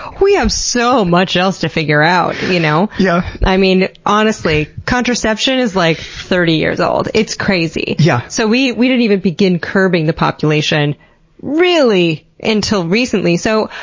we have so much else to figure out, you know? yeah i mean, honestly. contraception is, like, thirty years old. it's crazy. crazy. yeah so, we we didn't even begin curbing the population really until recently. so,